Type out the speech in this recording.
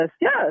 yes